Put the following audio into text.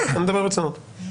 בדיוק, בוא נתכנס בעוד שמונה שנים.